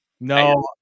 No